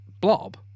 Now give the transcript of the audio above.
blob